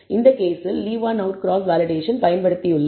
இந்த கேஸில் leave one out cross validation பயன்படுத்தியுள்ளோம்